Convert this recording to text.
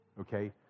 Okay